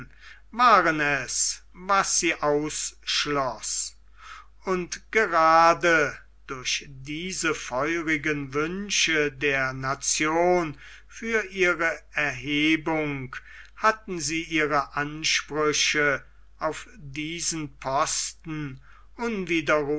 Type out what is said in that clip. waren es was sie ausschloß und gerade durch diese feurigen wünsche der nation für ihre erhebung hatten sie ihre ansprüche auf diesen posten